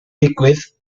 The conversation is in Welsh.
digwydd